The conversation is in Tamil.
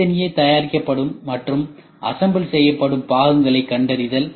தனித்தனியே தயாரிக்கப்படும் மற்றும் அசெம்பிள் செய்யப்படும் பாகங்களை கண்டறிதல்